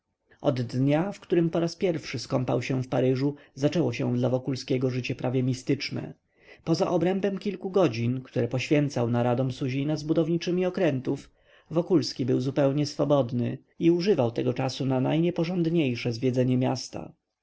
od dnia w którym po raz pierwszy skąpał się w paryżu zaczęło się dla wokulskiego życie prawie mistyczne poza obrębem kilku godzin które poświęcał naradom suzina z budowniczymi okrętów wokulski był zupełnie swobodny i używał tego czasu na najnieporządniejsze zwiedzanie miasta